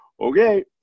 okay